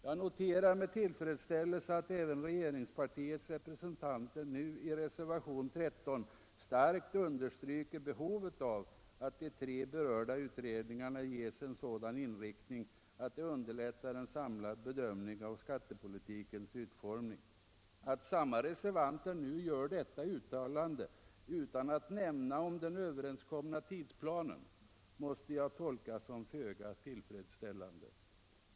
Jag noterar med tillfredsställelse att även regeringspartiets representanter nu i reservationen 13 A starkt understryker behovet av att de tre berörda utredningarna ges en sådan inriktning att det underlättar en samlad bedömning av skattepolitikens utformning. Att samma reservanter nu gör detta uttalande utan att nämna den överenskomna tidsplanen måste jag däremot tolka såsom föga tillfredsställande.